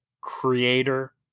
creator